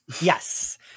Yes